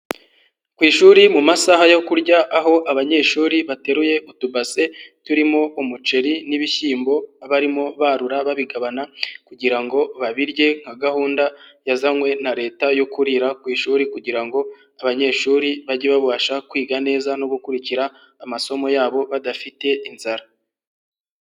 Ku ishuri mu masaha yo kurya aho abanyeshuri bateruye utubase turimo umuceri n'ibishyimbo, barimo barura babigabana kugira ngo babirye nka gahunda yazanywe na leta yo kurira ku ishuri, kugira ngo abanyeshuri bajye babasha kwiga neza no gukurikira amasomo yabo badafite inzara.